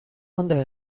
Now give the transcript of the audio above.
ondo